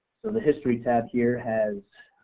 so the history tab here has